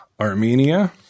Armenia